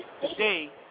today